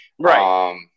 Right